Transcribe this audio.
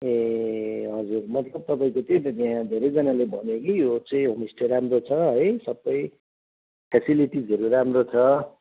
ए हजुर मतलब तपाईँको त्यही त यहाँ धेरैजनाले भन्यो कि यो चाहिँ होमस्टे राम्रो छ है सबै फेसिलिटिजहरू राम्रो छ